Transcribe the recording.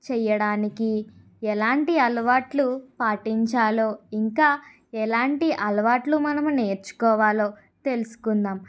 చెయ్యడానికి ఎలాంటివి అలవాట్లు పాటించాలో ఇంకా ఎలాంటి అలవాట్లు మనము నేర్చుకోవాలో తెలుసుకుందాం